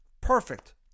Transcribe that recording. Perfect